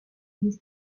his